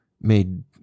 made